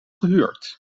gehuurd